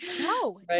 No